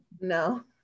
no